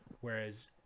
whereas